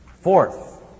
Fourth